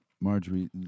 Marjorie